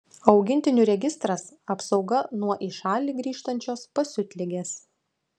augintinių registras apsauga nuo į šalį grįžtančios pasiutligės